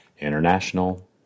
International